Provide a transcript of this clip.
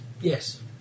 yes